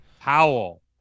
Powell